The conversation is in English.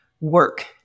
work